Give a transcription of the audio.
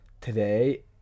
today